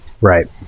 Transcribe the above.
Right